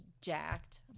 jacked